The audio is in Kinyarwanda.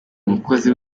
mukozi